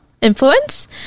influence